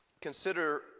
Consider